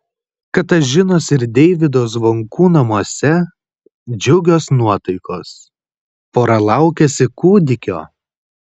katažinos ir deivydo zvonkų namuose džiugios nuotaikos pora laukiasi kūdikio